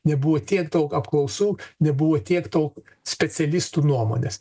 nebuvo tiek daug apklausų nebuvo tiek daug specialistų nuomonės